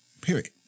Period